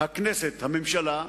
הכנסת, הממשלה,